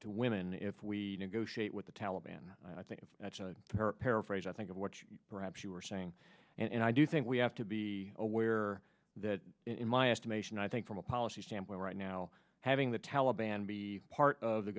women if we negotiate with the taliban i think that's a paraphrase i think of what you perhaps you were saying and i do think we have to be aware that in my estimation i think from a policy standpoint right now having the taliban be part of the